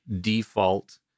default